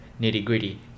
nitty-gritty